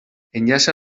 enllaça